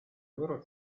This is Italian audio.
loro